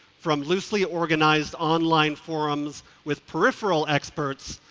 from loosely organized online forums with peripheral experts,